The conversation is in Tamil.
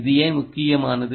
இது ஏன் முக்கியமானது